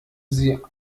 sie